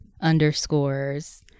underscores